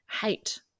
hate